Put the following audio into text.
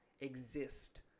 exist